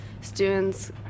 students